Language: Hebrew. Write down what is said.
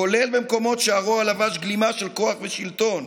כולל במקומות שהרוע לבש גלימה של כוח ושלטון,